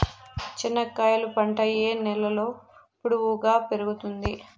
చెనక్కాయలు పంట ఏ నేలలో పొడువుగా పెరుగుతుంది?